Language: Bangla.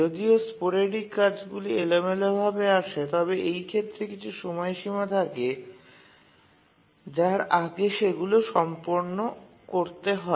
যদিও স্পোরেডিক কাজগুলি এলোমেলোভাবে আসে তবে এই ক্ষেত্রে কিছু সময়সীমা থাকে যার আগে সেগুলি সম্পন্ন করতে হয়